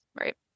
Right